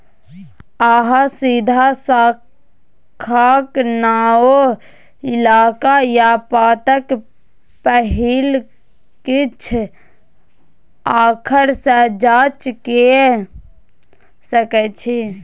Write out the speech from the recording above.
अहाँ सीधा शाखाक नाओ, इलाका या पताक पहिल किछ आखर सँ जाँच कए सकै छी